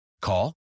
Call